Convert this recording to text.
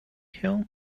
hill